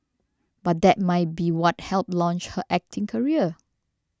but that might be what helped launch her acting career